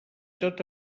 tot